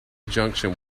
junction